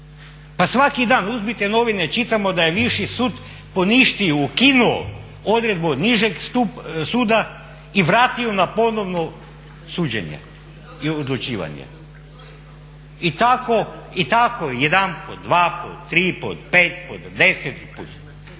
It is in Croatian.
Pa svaki dan, uzmite novine, čitamo da je Viši sud poništio, ukinuo odredbu od nižeg suda i vratio na ponovno suđenje i odlučivanje. I tako jedanput, dvaput, triput, pet puta, deset puta.